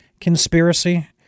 conspiracy